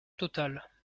totale